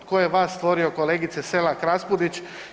Tko je vas stvorio kolegice Selak Raspudić?